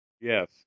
Yes